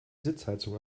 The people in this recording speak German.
sitzheizung